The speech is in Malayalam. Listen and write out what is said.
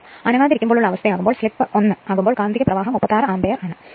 അനങ്ങാതെ ഇരിക്കുമ്പോൾ ഉള്ള അവസ്ഥ ആകുമ്പോൾ സ്ലിപ് 1 ആകുമ്പോൾ കാന്തിക പ്രവാഹം 36 അംപീയെർ ആണ്